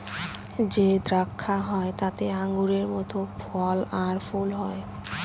যে দ্রাক্ষা হয় তাতে আঙুরের মত ফল আর ফুল হয়